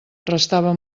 restava